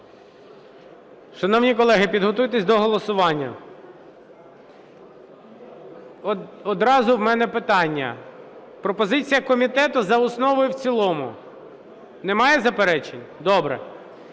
Шановні колеги, підготуйтеся до голосування. Одразу у мене питання: пропозиція комітету за основу і в цілому. Немає заперечень? Добре.